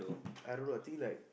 I don't know I think like